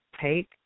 take